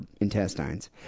intestines